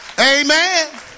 Amen